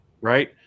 Right